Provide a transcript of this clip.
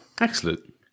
Excellent